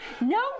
No